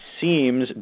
seems